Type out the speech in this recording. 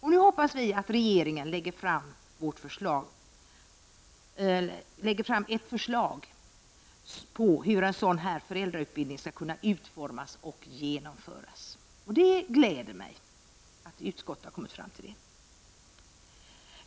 Vi hoppas nu att regeringen lägger fram förslag på hur en sådan föräldrautbildning skall kunna utformas och genomföras. Det gläder oss att utskottet har lyckats.